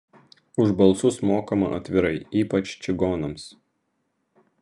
už balsus mokama atvirai ypač čigonams